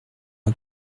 les